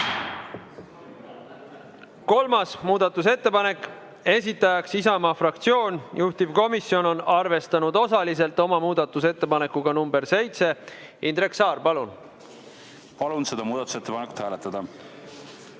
Kolmas muudatusettepanek, esitaja Isamaa fraktsioon, juhtivkomisjon on arvestanud osaliselt oma muudatusettepanekuga nr 7. Indrek Saar, palun! Palun seda muudatusettepanekut hääletada.